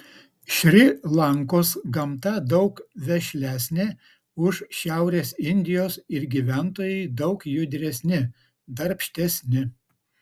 šri lankos gamta daug vešlesnė už šiaurės indijos ir gyventojai daug judresni darbštesni